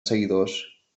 seguidors